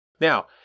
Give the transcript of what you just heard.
Now